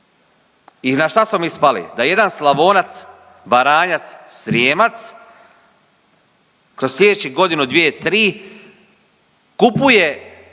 I na šta smo mi spali? Da jedan Slavonac, Baranjac, Srijemac kroz sljedećih godinu, dvije, tri kupuje